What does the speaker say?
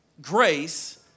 Grace